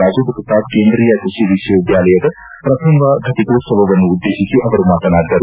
ರಾಜೇಂದ್ರ ಪ್ರಸಾದ್ ಕೇಂದ್ರೀಯ ಕೃಷಿ ವಿಶ್ವವಿದ್ಯಾಲಯದ ಪ್ರಥಮ ಫಟಿಕೋತ್ವವನ್ನು ಉದ್ದೇಶಿಸಿ ಅವರು ಮಾತನಾಡಿದರು